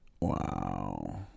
Wow